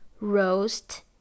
roast